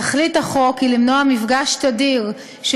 תכלית החוק היא למנוע מפגש תדיר של